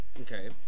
Okay